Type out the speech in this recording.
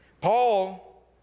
Paul